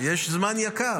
הזמן יקר.